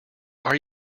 are